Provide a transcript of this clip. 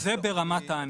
זה ברמת הענף.